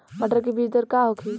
मटर के बीज दर का होखे?